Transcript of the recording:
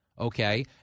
okay